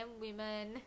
women